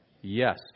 Yes